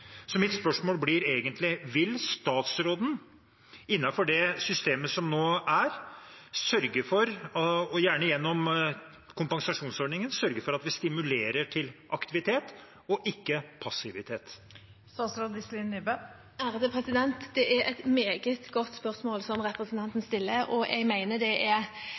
mitt er egentlig: Vil statsråden innenfor det systemet som nå er, og gjerne gjennom kompensasjonsordningen, sørge for at vi stimulerer til aktivitet og ikke passivitet? Det er et meget godt spørsmål representanten stiller. Jeg mener det kanskje er